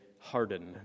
harden